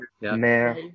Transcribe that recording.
Mayor